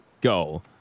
go